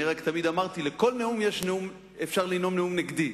אני תמיד אמרתי שעל כל נאום אפשר לנאום נאום נגדי.